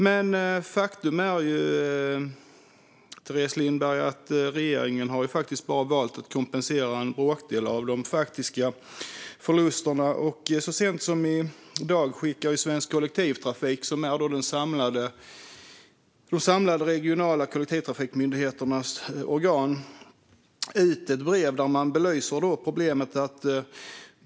Men faktum är, Teres Lindberg, att regeringen bara har valt att kompensera en bråkdel av de faktiska förlusterna. Så sent som i dag skickade Svensk Kollektivtrafik, som är de samlade regionala kollektivtrafikmyndigheternas organ, ut ett brev där man belyser problemet.